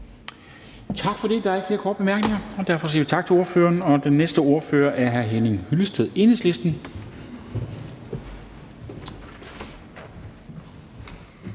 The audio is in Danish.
Tak for det. Der er ikke flere korte bemærkninger, og derfor siger vi tak til ordføreren. Den næste ordfører er hr. Henning Hyllested, Enhedslisten.